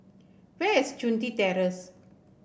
where is Chun Tin Terrace